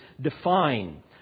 define